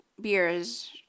beers